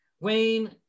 wayne